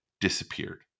disappeared